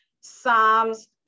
Psalms